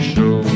Show